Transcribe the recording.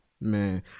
man